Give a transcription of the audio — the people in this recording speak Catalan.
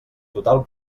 total